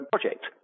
project